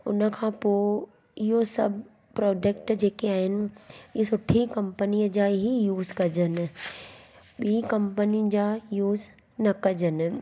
उनखां पोइ इहो सभु प्रोडक्ट जेके आहिनि इहे सुठी कंपनीअ जा ई यूज़ कॼनि ॿी कंपनी जा यूज़ न कॼनि